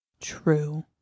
True